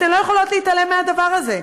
אתן לא יכולות להתעלם מהדבר הזה.